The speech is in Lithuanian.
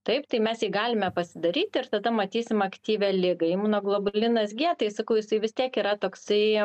taip tai mes jį galime pasidaryt ir tada matysim aktyvią ligą imunoglobulinas g tai sakau jisai vis tiek yra toksai